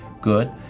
good